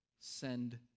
Send